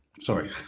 Sorry